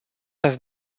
have